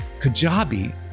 Kajabi